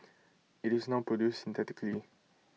IT is now produced synthetically